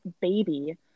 Baby